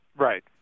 Right